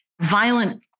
violent